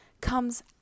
comes